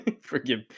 Forgive